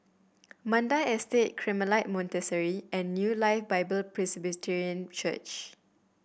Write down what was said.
Mandai Estate Carmelite Monastery and New Life Bible Presbyterian Church